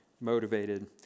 motivated